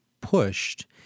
pushed